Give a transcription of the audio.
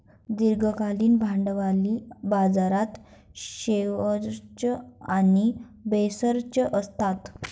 दीर्घकालीन भांडवली बाजारात शेअर्स आणि डिबेंचर्स असतात